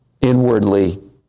Inwardly